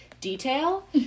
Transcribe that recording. detail